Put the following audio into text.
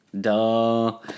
Duh